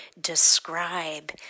describe